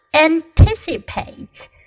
anticipates